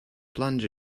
plunge